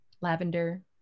lavender